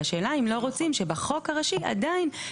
והשאלה אם לא רוצים שבחוק הראשי עדיין,